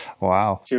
Wow